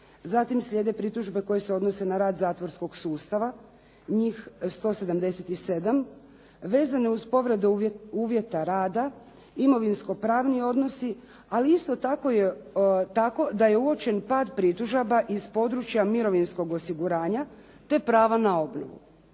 Zatim slijede pritužbe koje se odnose na rad zatvorskog sustava, njih 177 vezane uz povrede uvjeta rada, imovinsko-pravni odnosi, ali isto tako da je uočen pad pritužaba iz područja mirovinskog osiguranja, te pravo na obnovu.